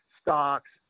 stocks